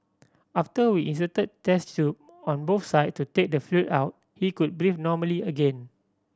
after we inserted chest tube on both side to take the fluid out he could breathe normally again